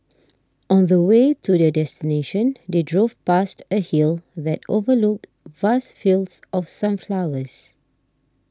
on the way to their destination they drove past a hill that overlooked vast fields of sunflowers